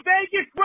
Vegas